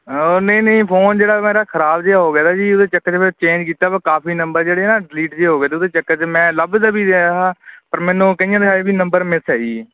ਨਹੀਂ ਨਹੀਂ ਫੋਨ ਜਿਹੜਾ ਮੇਰਾ ਖ਼ਰਾਬ ਜਿਹਾ ਹੋ ਗਿਆ ਤਾ ਜੀ ਉਹਦੇ ਚੱਕਰ 'ਚ ਚੇਂਜ ਕੀਤਾ ਕਾਫ਼ੀ ਨੰਬਰ ਜਿਹੜੇ ਨਾ ਡਿਲੀਟ ਜਿਹੇ ਹੋ ਗਏ ਅਤੇ ਉਹਦੇ ਚੱਕਰ 'ਚ ਮੈਂ ਲੱਭਦਾ ਵੀ ਰਿਹਾ ਪਰ ਮੈਨੂੰ ਕਈਆਂ ਦੇ ਹਜੇ ਵੀ ਨੰਬਰ ਮਿੱਸ ਹੈ ਜੀ